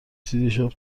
دیشب